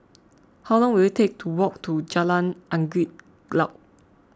how long will it take to walk to Jalan Angin Glaut